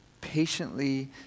patiently